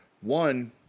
One